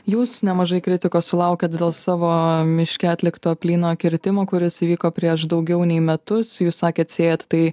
jūs nemažai kritikos sulaukėt dėl savo miške atlikto plyno kirtimo kuris įvyko prieš daugiau nei metus jūs sakėt siejat tai